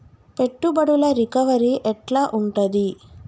పెట్టుబడుల రికవరీ ఎట్ల ఉంటది?